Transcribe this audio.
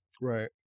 Right